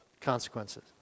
consequences